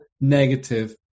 negative